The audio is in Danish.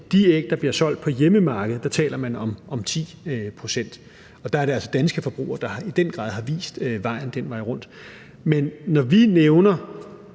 de æg, der bliver solgt på hjemmemarkedet, taler man om 10 pct., og der er det altså danske forbrugere, der i den grad har vist vejen den vej rundt. Men når vi fra